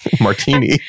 martini